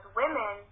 women